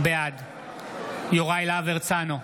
בעד יוראי להב הרצנו,